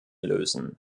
lösen